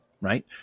right